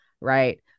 Right